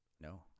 No